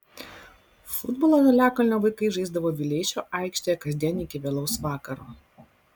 futbolą žaliakalnio vaikai žaisdavo vileišio aikštėje kasdien iki vėlaus vakaro